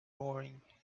boring